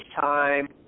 time